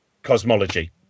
cosmology